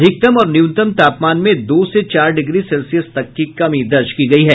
अधिकतम और न्यूनतम तापमान में दो से चार डिग्री सेल्सियस तक की कमी दर्ज की गयी है